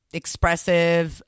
expressive